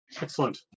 Excellent